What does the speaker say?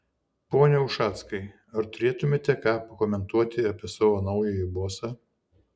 pone ušackai ar turėtumėte ką pakomentuoti apie savo naująjį bosą